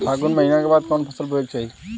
फागुन महीना के बाद कवन फसल बोए के चाही?